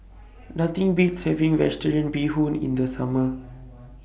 Nothing Beats having Vegetarian Bee Hoon in The Summer